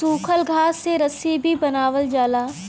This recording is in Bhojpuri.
सूखल घास से रस्सी भी बनावल जाला